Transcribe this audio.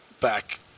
back